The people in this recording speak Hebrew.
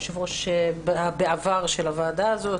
לשעבר יושב-ראש הוועדה הזאת.